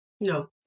No